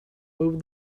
over